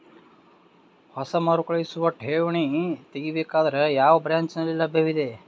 ಹೊಸ ಮರುಕಳಿಸುವ ಠೇವಣಿ ತೇಗಿ ಬೇಕಾದರ ಯಾವ ಬ್ರಾಂಚ್ ನಲ್ಲಿ ಲಭ್ಯವಿದೆ?